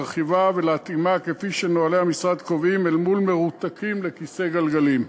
להרחיבה ולהתאימה כפי שנוהלי המשרד קובעים אל מול מרותקים לכיסא גלגלים.